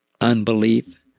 unbelief